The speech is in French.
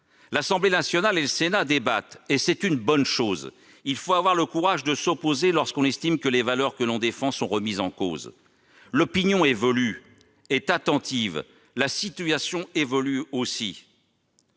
L'Assemblée nationale et le Sénat débattent, et c'est une bonne chose. Il faut avoir le courage de s'opposer, lorsque l'on estime que les valeurs que l'on défend sont remises en cause. L'opinion évolue, est attentive ; la situation évolue aussi.